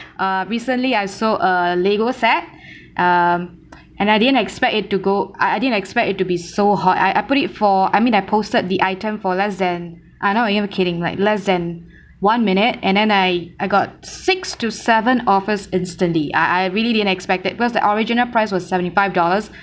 uh recently I sold a Lego set um and I didn't expect it to go I I didn't expect it to be so hot I I put it for I mean I posted the item for less than I am not even kidding right less than one minute and then I I got six to seven offers instantly I I really didn't expect it because the original price was seventy five dollars